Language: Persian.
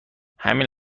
همین